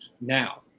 Now